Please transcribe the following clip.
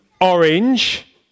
orange